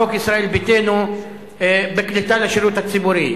חוק ישראל ביתנו לקליטה בשירות הציבורי.